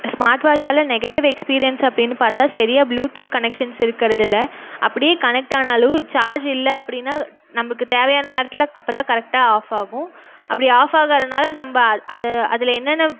smart வாட்ச்சால் negative experience அப்படின்னு பார்த்தா செரியாக ப்ளூடூத் கனெக்சன்ஸ் இருக்கறதுல்லை அப்படியே கனெக்ட் ஆனாலும் சார்ஜ் இல்லை அப்படின்னா நமக்கு தேவையான நேரத்தில் அப்போதான் கரெக்டாக ஆஃப் ஆகும் அப்படி ஆஃப் ஆகறனால் நம்ப அது அதில் என்னென்ன